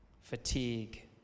fatigue